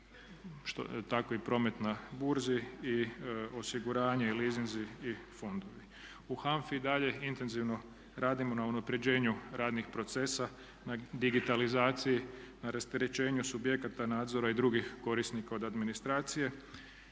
tako i promet na burzi i osiguranje i leasingi i fondovi. U HANFA-i i dalje intenzivno radimo na unapređenju radnih procesa, na digitalizaciji, na rasterećenju subjekata nadzora i drugih korisnika od administracije